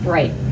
Right